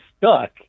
stuck